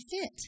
fit